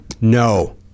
No